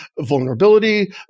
vulnerability